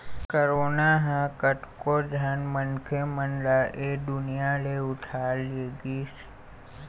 corona ह कतको झन मनखे मन ल ऐ दुनिया ले उठा लेगिस